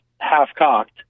half-cocked